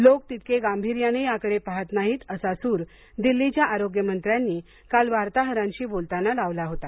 लोक तितके गांभीर्याने याकडे पाहत नाहीत असा सूर दिल्लीच्या आरोग्यमंत्र्यांनी काल वार्ताहरांशी बोलताना लावला होता